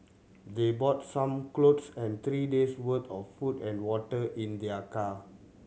they brought some cloth and three day's worth of food and water in their car